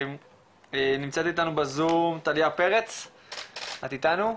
נמצאת איתנו בזום טליה פרץ את איתנו?